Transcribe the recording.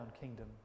kingdom